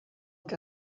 que